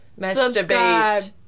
Masturbate